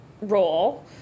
role